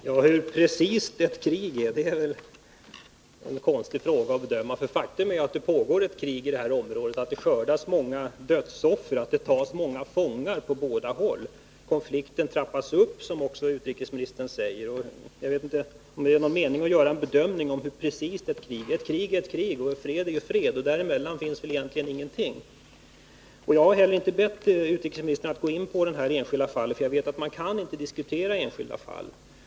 Herr talman! Hur precist ett krig kan anses vara är väl en konstig fråga att bedöma. Faktum är att det pågår ett krig i det här området och att det skördat många dödsoffer och att det tagits många fångar på båda hållen. Konflikten trappas upp, som också utrikesministern säger, Jag vet inte om det är någon mening med att göra en bedömning av hur precist ett krig är. Ett krig är ett krig, och fred är fred. Däremellan finns väl egentligen ingenting. Jag har inte bett utrikesministern att gå in på det enskilda fallet, eftersom jag vet att man inte kan diskutera enskilda fall.